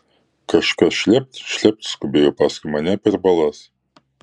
kažkas šlept šlept skubėjo paskui mane per balas